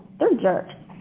they're jerks.